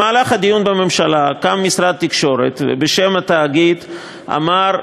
בדיון בממשלה קם משרד התקשורת ובשם התאגיד אמר,